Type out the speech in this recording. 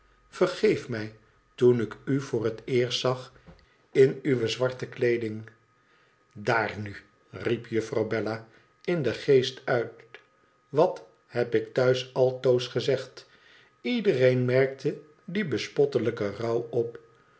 vergeef mij toen ik u voor het eerst zag in uwe zwarte kleeding dr nu riep juffrouw bella in den geest uit wat heb ik thuis altoos gezegd iedereen merkte dien bespottelijken rouw op